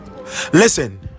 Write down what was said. Listen